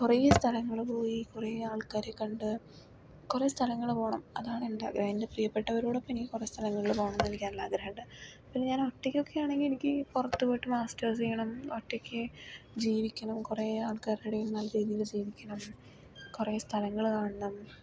കുറേ സ്ഥലങ്ങൾ പോയി കുറേ ആൾക്കാരെ കണ്ട് കുറേ സ്ഥലങ്ങൾ പോകണം അതാണ് എൻ്റെ ആഗ്രഹം എൻ്റെ പ്രിയപ്പെട്ടവരോടൊപ്പം എനിക്ക് കുറേ സ്ഥലങ്ങളിൽ പോകണമെന്ന് എനിക്ക് നല്ല ആഗ്രഹം ഉണ്ട് പിന്നെ ഞാൻ ഒറ്റയ്ക്കൊക്കെ ആണെങ്കിൽ എനിക്ക് ഞാൻ പുറത്തു പോയിട്ട് മാസ്റ്റേഴ്സ് ചെയ്യണം ഒറ്റയ്ക്ക് ജീവിക്കണം കുറേ ആൾക്കാരുടെ ഇടയിൽ നല്ല രീതിയിൽ ജീവിക്കണം കുറെ സ്ഥലങ്ങൾ കാണണം